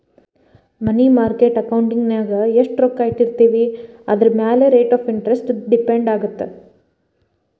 ಮನಿ market ಅಕೌಂಟಿನ್ಯಾಗ ಎಷ್ಟ್ ರೊಕ್ಕ ಇಟ್ಟಿರ್ತೇವಿ ಅದರಮ್ಯಾಲೆ ರೇಟ್ ಆಫ್ ಇಂಟರೆಸ್ಟ್ ಡಿಪೆಂಡ್ ಆಗತ್ತ